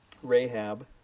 Rahab